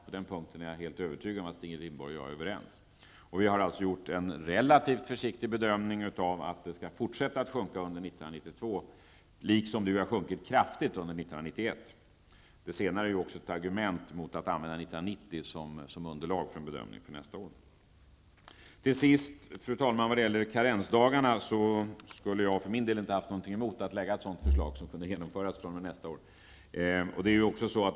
På den punkten är jag helt övertygad om att Stig Rindborg och jag är överens. Vi har alltså gjort en relativt försiktig bedömning av att det skall fortsätta att sjunka under 1992, liksom det har sjunkit kraftigt under 1991. Det senare är också ett argument mot att använda 1990 som underlag för en bedömning avseende nästa år. Till sist, fru talman, skulle jag för min del inte ha haft någonting emot att lägga fram ett förslag om karensdagar som kunde ha genomförts fr.o.m. nästa år.